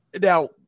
Now